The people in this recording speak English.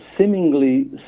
seemingly